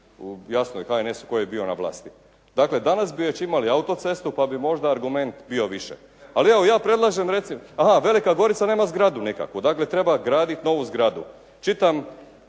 jasno i HNS tko je bio na vlasti. Dakle, danas bi već imali autocestu pa bi možda argument bio više. Ali evo, ja predlažem recimo, aha Velika Gorica nema zgradu nikakvu. Dakle, treba graditi novu zgradu. Čitam